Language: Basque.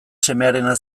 semearena